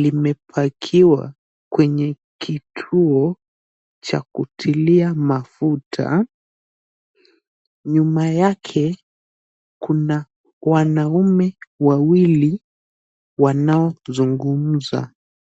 limepakiwa kwenye kituo cha kutilia mafuta. Nyuma yake, kuna wanaume wawili wanaozungumza.